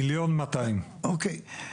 1,200,000. אוקיי.